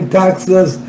taxes